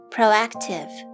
Proactive